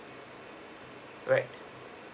right